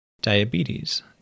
diabetes